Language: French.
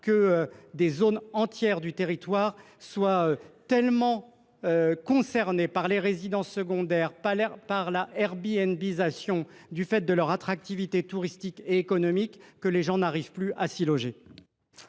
que des zones entières du territoire soient tellement sujettes au développement des résidences secondaires, à « l’airbnbisation », en raison de leur attractivité touristique et économique, que les gens n’arrivent plus à s’y loger.